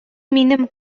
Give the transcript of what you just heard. минем